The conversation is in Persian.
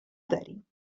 داریم